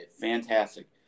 Fantastic